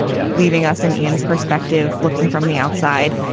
yeah. leaving us in ian's perspective, looking from the outside.